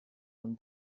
von